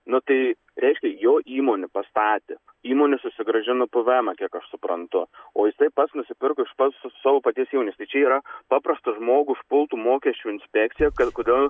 nu tai reiškia jo įmonė pastatė įmonė susigrąžino pvemą kiek aš suprantu o jisai pats nusipirko iš pas savo paties įmonės tai čia yra paprastą žmogų užpultų mokesčių inspekcija kad kodėl